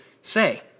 say